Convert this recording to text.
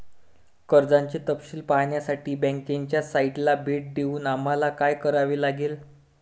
कर्जाचे तपशील पाहण्यासाठी बँकेच्या साइटला भेट देऊन आम्हाला काय करावे लागेल?